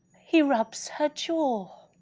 he rubs her jaw.